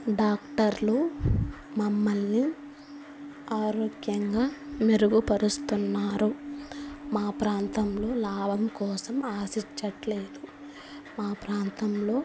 డాక్టర్లు మమ్మల్ని ఆరోగ్యంగా మెరుగుపరుస్తున్నారు మా ప్రాంతంలో లాభం కోసం ఆశించట్లేదు మా ప్రాంతంలో